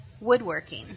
woodworking